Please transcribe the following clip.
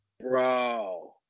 Bro